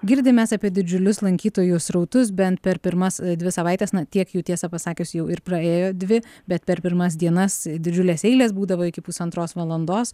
girdim mes apie didžiulius lankytojų srautus bent per pirmas dvi savaites na tiek jų tiesą pasakius jau ir praėjo dvi bet per pirmas dienas didžiulės eilės būdavo iki pusantros valandos